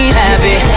happy